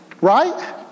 Right